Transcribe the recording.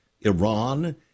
Iran